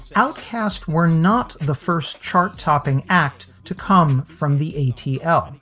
outcaste were not the first chart topping act to come from the atf.